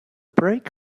brake